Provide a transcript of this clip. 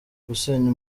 gusenya